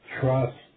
trust